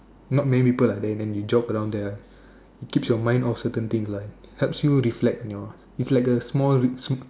not many people are there then you jog around there keeps your mind off certain things lah helps you reflect your is like a small like small